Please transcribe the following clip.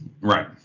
Right